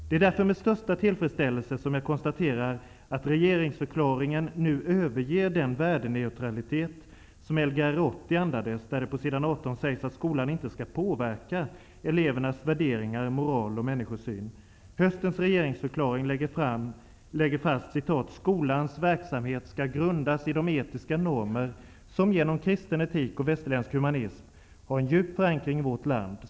Det är därför med största tillfredsställelse som jag konstaterar att regeringsförklaringen nu överger den värdeneutralitet som lgr 80 andades. På s. 18 sägs det att skolan inte skall påverka elevernas värderingar, moral och människosyn. Höstens regeringsförklaring lägger fast att ''Skolans verksamhet skall grundas i de etiska normer som genom kristen etik och västerländsk humanism har en djup förankring i vårt land.